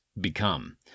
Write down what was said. become